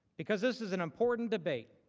because this is an important debate,